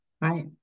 right